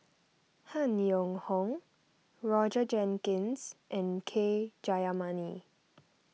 Han Yong Hong Roger Jenkins and K Jayamani